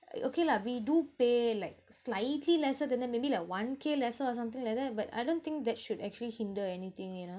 e~ okay lah we do pay like slightly lesser than that maybe like one K lesser or something like that but I don't think that should actually hinder anything you know